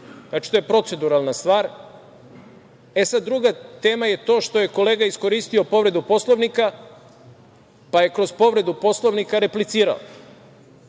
što je proceduralna stvar. Druga tema je to što je kolega iskoristio povredu Poslovnika, pa je kroz povredu Poslovnika replicirao.